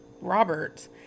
robert